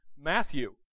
Matthew